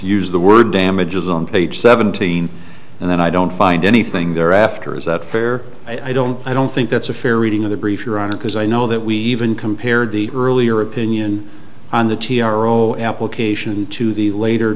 use the word damages on page seventeen and then i don't find anything there after is that fair i don't i don't think that's a fair reading of the brief your honor because i know that we even compared the earlier opinion on the t r o application to the later